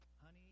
honey